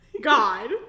God